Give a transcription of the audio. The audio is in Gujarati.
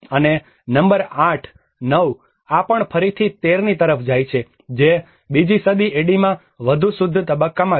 અને નંબર 89 આ પણ ફરીથી 13 ની તરફ જાય છે જે બીજી સદી એડીમાં વધુ શુદ્ધ તબક્કા છે